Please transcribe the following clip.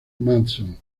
mason